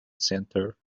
centre